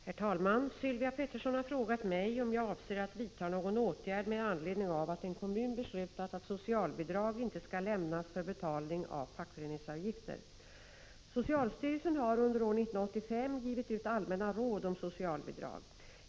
Herr talman! Sylvia Pettersson har frågat mig om jag avser att vidta någon åtgärd med anledning av att en kommun beslutat att socialbidrag inte skall lämnas för betalning av fackföreningsavgifter. Socialstyrelsen har under år 1985 givit ut allmänna råd om socialbidrag.